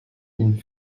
une